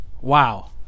Wow